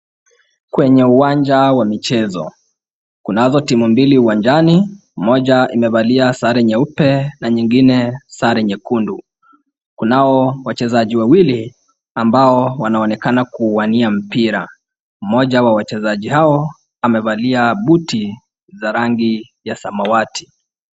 Kwenye uwanja wa michezo, kunazo timu mbili uwanjani. Moja imevalia sare nyeupe na nyingine sare nyekundu. Kunao wachezaji wawili ambao wanaonekana kuuwania mpira. Mmoja wa wachezaji hao amevalia buti za rangi ya samawati.